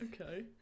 okay